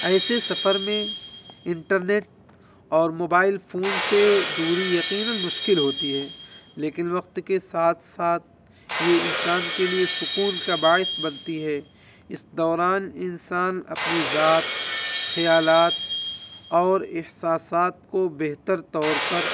ایسے سفر میں انٹرنیٹ اور موبائل فون سے دوری یقیناً مشکل ہوتی ہے لیکن وقت کے ساتھ ساتھ یہ انسان کے لیے سکون کا باعث بنتی ہے اس دوران انسان اپنی ذات خیالات اور احساسات کو بہتر طور پر